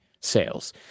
sales